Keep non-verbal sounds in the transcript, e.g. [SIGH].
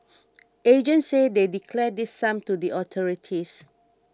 [NOISE] agents say they declare this sum to the authorities